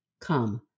Come